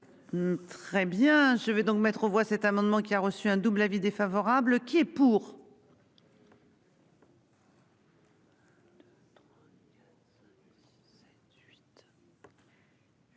Très bien je vais donc mettre aux voix cet amendement qui a reçu un double avis défavorable qui est pour.